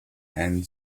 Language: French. and